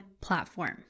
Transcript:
platform